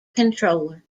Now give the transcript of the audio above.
controller